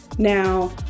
Now